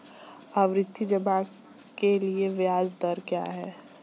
आवर्ती जमा के लिए ब्याज दर क्या है?